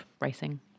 racing